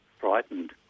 frightened